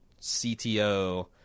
CTO